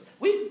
Oui